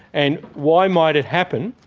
and why might it happen?